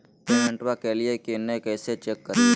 पेमेंटबा कलिए की नय, कैसे चेक करिए?